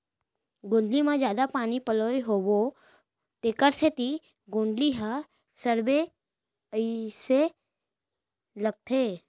गोंदली म जादा पानी पलोए होबो तेकर सेती गोंदली ह सड़गे अइसे लगथे